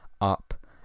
up